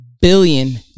billion